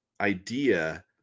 idea